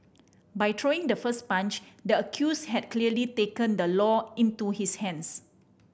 by throwing the first punch the accused had clearly taken the law into his hands